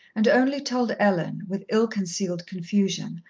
and only told ellen, with ill-concealed confusion,